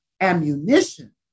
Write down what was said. ammunition